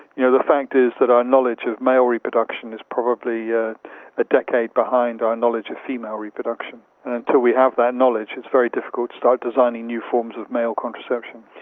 you know the fact is that our knowledge of male reproduction is probably yeah a decade behind our knowledge of female reproduction. and until we have that knowledge it's very difficult to start designing new forms of male contraception.